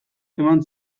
eman